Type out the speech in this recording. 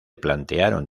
plantearon